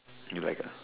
you like ah